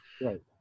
Right